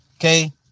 Okay